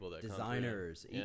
designers